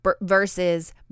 versus